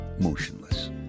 Motionless